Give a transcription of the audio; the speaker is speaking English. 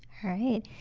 right,